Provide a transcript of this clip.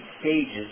stages